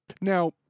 now